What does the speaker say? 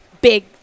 big